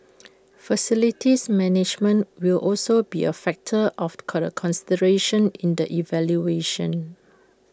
facilities management will also be A factor of colour consideration in the evaluation